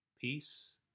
peace